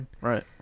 Right